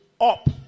up